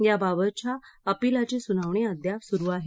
या बाबतच्या अपिलाची सुनावणी अद्याप सुरू आहे